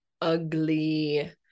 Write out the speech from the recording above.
ugly